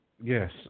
Yes